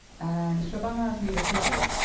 and shabana azmi replied,